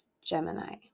Gemini